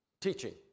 teaching